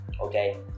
okay